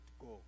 go